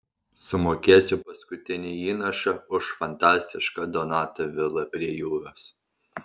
sumokėsiu paskutinį įnašą už fantastišką donato vilą prie jūros